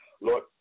Lord